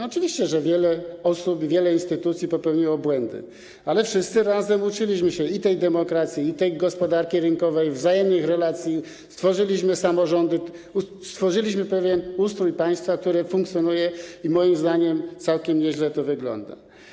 Oczywiście, że wiele osób i wiele instytucji popełniło błędy, ale wszyscy razem uczyliśmy się i tej demokracji, i tej gospodarki rynkowej, wzajemnych relacji, stworzyliśmy samorządy, stworzyliśmy pewien ustrój państwa, które funkcjonuje, i moim zdaniem całkiem nieźle to wygląda.